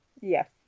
Yes